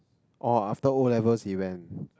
oh after O-levels he went